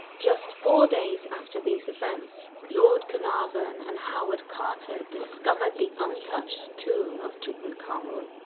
just four days after these events, lord carnarvon and howard carter discovered the untouched tomb of tutankhamun.